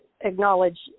acknowledge